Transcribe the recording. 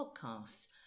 podcasts